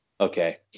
Okay